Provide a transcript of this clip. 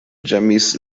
ĝemis